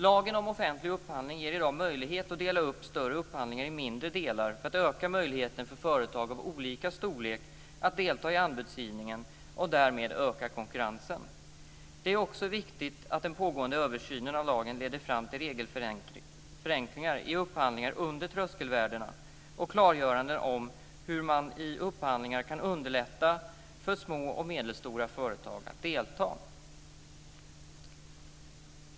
Lagen om offentlig upphandling ger i dag möjlighet att dela upp större upphandlingar i mindre delar för att öka möjligheten för företag av olika storlek att delta i anbudsgivningen och därmed öka konkurrensen. Det är också viktigt att den pågående översynen av lagen leder fram till regelförenklingar i upphandlingar under tröskelvärdena och klargöranden om hur man i upphandlingar kan underlätta för små och medelstora företag att delta.